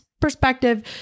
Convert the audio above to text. perspective